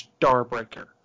Starbreaker